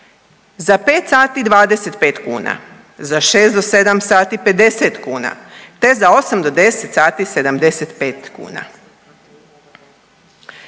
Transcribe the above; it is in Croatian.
Za 5 sati 25 kuna, za 6-7 sati 50 kuna te za 8-10 sati 75 kuna.